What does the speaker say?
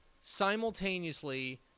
simultaneously